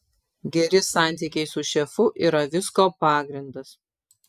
geri santykiai su šefu yra visko pagrindas